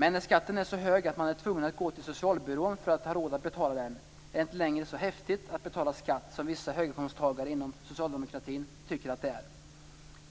Men när skatten är så hög att man är tvungen att gå till socialbyrån för att ha råd att betala den är det inte längre så "häftigt" att betala skatt som vissa höginkomsttagare inom socialdemokratin tycker.